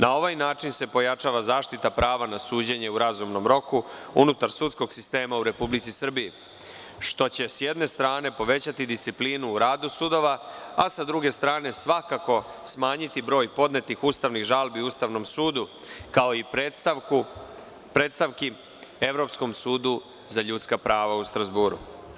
Na ovaj način se pojačava zaštita prava na suđenje u razumnom roku, unutar sudskog sistemau Republici Srbiji, što će sa jedne strane povećati disciplinu u radu sudova, a sa druge strane, svakako smanjiti broj podnetih ustavnih žalbi, Ustavnom sudu, kao i predstavke Evropskom sudu za ljudska prava u Strazburu.